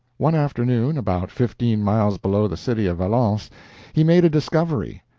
one afternoon, about fifteen miles below the city of valence, he made a discovery.